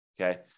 okay